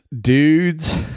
dudes